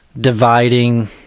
dividing